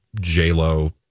J-Lo